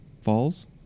Falls